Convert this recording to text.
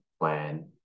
plan